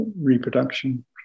reproduction